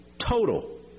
total